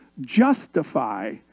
justify